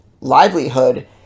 livelihood